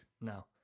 No